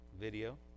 video